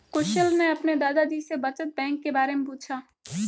कुशल ने अपने दादा जी से बचत बैंक के बारे में पूछा